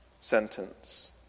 sentence